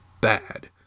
bad